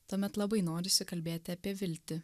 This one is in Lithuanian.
tuomet labai norisi kalbėti apie viltį